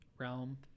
realm